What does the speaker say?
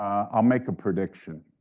i'll make a prediction.